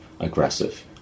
aggressive